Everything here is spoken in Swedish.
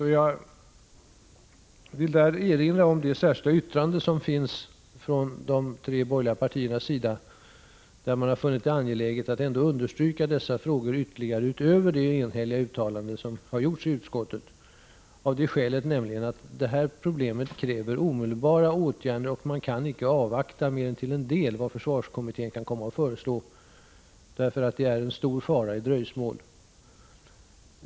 Jag vill erinra om det särskilda yttrande som finns från de tre borgerliga partierna i vilket man funnit det angeläget att understryka dessa frågor ytterligare, utöver det enhälliga uttalande som gjorts i utskottet, av det skälet att detta problem kräver omedelbara åtgärder. Man kan inte avvakta mer än till en del vad försvarskommittén kan komma att föreslå, därför att det är en stor fara i dröjsmål.